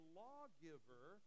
lawgiver